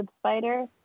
spider